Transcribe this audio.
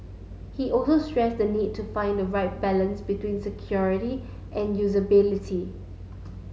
he also stressed the need to find the right balance between security and usability